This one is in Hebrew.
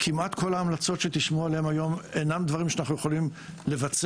כמעט כל ההמלצות שתשמעו עליהן היום אינם דברים שאנחנו יכולים לבצע,